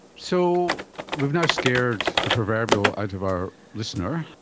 so we've now scared the proverbial out of our listener.